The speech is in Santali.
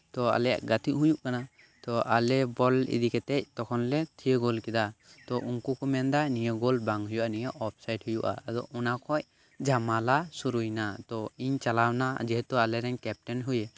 ᱛᱚ ᱟᱞᱮᱭᱟᱜ ᱜᱟᱛᱮᱜ ᱦᱩᱭᱩᱜ ᱠᱟᱱᱟ ᱛᱚ ᱟᱞᱮ ᱵᱚᱞ ᱤᱫᱤ ᱠᱟᱛᱮᱫ ᱛᱚᱠᱷᱚᱱ ᱞᱮ ᱛᱷᱤᱭᱟᱹ ᱜᱳᱞ ᱠᱮᱫᱟ ᱛᱚ ᱩᱱᱠᱩ ᱠᱚ ᱢᱮᱱᱫᱟ ᱱᱤᱭᱟᱹ ᱜᱳᱞ ᱵᱟᱝ ᱦᱩᱭᱩᱜᱼᱟ ᱱᱤᱭᱟᱹ ᱚᱯᱷᱥᱟᱭᱤᱴ ᱦᱩᱭᱩᱜᱼᱟ ᱟᱫᱚ ᱚᱱᱟ ᱠᱷᱚᱱ ᱡᱷᱟᱢᱮᱞᱟ ᱥᱩᱨᱩᱭ ᱮᱱᱟ ᱛᱚ ᱤᱧ ᱪᱟᱞᱟᱣ ᱮᱱᱟ ᱡᱮᱦᱮᱛᱩ ᱟᱞᱮᱨᱮᱱ ᱠᱮᱯᱴᱮᱱ ᱦᱚᱭᱮ